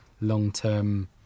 long-term